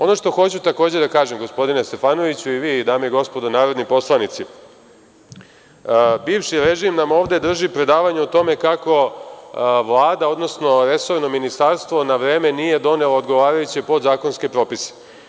Ono što hoću takođe da kažem, gospodine Stefanoviću, i vi, dame i gospodo narodni poslanici, bivši režim nam ovde drži predavanje o tome kako Vlada, odnosno resorno ministarstvo na vreme nije donelo odgovarajuće podzakonske propise.